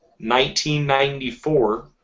1994